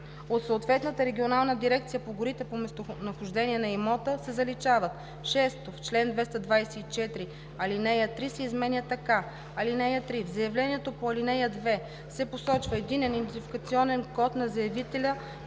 от съответната регионална дирекция по горите по местонахождение на имота“ се заличават. 6.В чл. 224 ал. 3 се изменя така: „(3) В заявлението по ал. 2 се посочва единен идентификационен код на заявителя